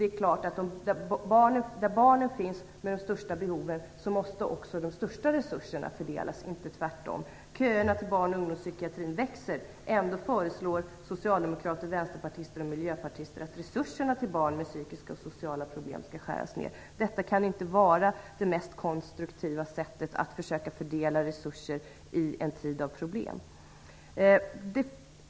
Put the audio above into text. Så är ändå fallet när det gäller barnläkartätheten i nordost, som är dubbelt så hög som i sydväst. Köerna till barn och ungdomspsykiatrin växer, och ändå föreslår socialdemokrater, vänsterpartister och miljöpartister att resurserna till barn med psykiska och sociala problem skall skäras ned. Detta kan inte vara det mest konstruktiva sättet att försöka fördela resurser i en tid av problem.